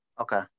okay